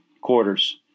Quarters